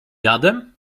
jadem